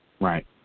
Right